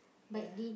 ya